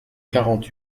quarante